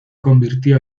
convirtió